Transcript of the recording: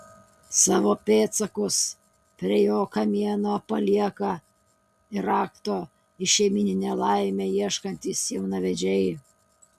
savo pėdsakus prie jo kamieno palieka ir rakto į šeimyninę laimę ieškantys jaunavedžiai